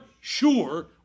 sure